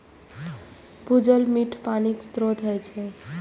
भूजल मीठ पानिक स्रोत होइ छै